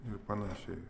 ir panašiai